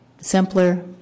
simpler